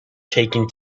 taken